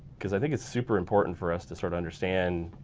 because i think it's super important for us to sort of understand, you